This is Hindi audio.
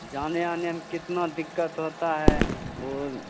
जाने आने में कितनी दिक़्क़त होता है वह